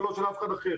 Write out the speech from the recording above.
ולא של אף אחד אחר.